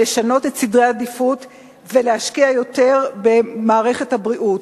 לשנות את סדרי העדיפויות ולהשקיע יותר במערכת הבריאות,